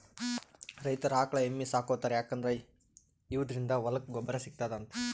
ರೈತರ್ ಆಕಳ್ ಎಮ್ಮಿ ಸಾಕೋತಾರ್ ಯಾಕಂದ್ರ ಇವದ್ರಿನ್ದ ಹೊಲಕ್ಕ್ ಗೊಬ್ಬರ್ ಸಿಗ್ತದಂತ್